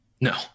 No